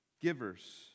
givers